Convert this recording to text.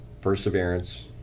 perseverance